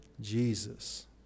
Jesus